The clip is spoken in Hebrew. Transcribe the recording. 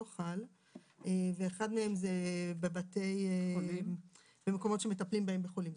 חל ואחד מהם זה במקומות שמטפלים בהם בחולים.